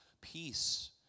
peace